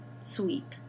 sweep